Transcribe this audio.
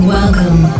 welcome